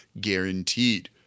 guaranteed